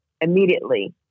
immediately